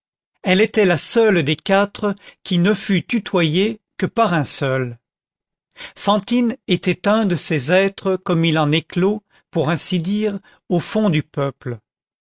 elle était la seule des quatre qui ne fût tutoyée que par un seul fantine était un de ces êtres comme il en éclôt pour ainsi dire au fond du peuple